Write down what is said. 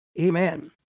Amen